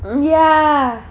ya